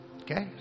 Okay